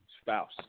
spouse